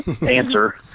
answer